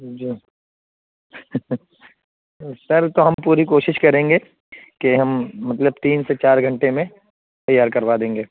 جی sir تو ہم پوری کوشش کریں گے کہ ہم مطلب تین سے چار گھنٹے میں تیار کروا دیں گے